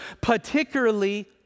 particularly